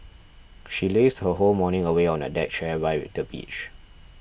she lazed her whole morning away on a deck chair by the beach